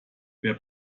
wer